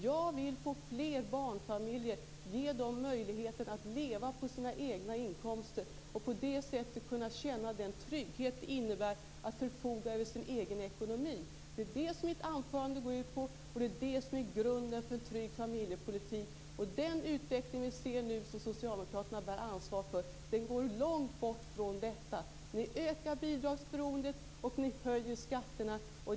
Jag vill ge fler barnfamiljer möjligheten att leva på sina egna inkomster och på det sättet kunna känna den trygghet det innebär att förfoga över sin egen ekonomi. Det var det som mitt anförande gick ut på, och det är det som är grunden för en trygg familjepolitik. Den utveckling som vi ser nu som socialdemokraterna bär ansvaret för går långt bort från detta. Ni ökar bidragsberoendet, och ni höjer skatterna.